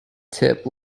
tip